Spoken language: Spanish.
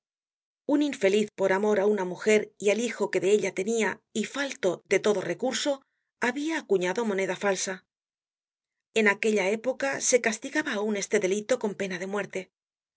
un infeliz por amor á una mujer y al hijo que de ella tenia y falto de todo recurso habia acuñado moneda falsa en aquella época se castigaba aun este delito con pena de muerte